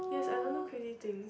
yes I don't do crazy things